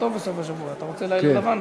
מיום